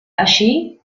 així